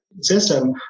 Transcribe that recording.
system